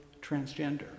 transgender